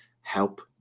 help